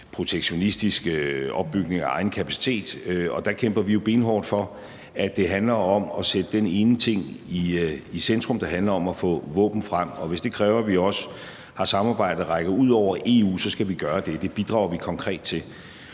protektionistisk opbygning af egen kapacitet, og der kæmper vi jo benhårdt for, at det handler om at sætte den ene ting i centrum, der handler om at få våben frem. Hvis det kræver, at vi også har samarbejder, der rækker ud over EU, så skal vi gøre det, og det bidrager vi konkret til.